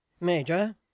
Major